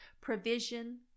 provision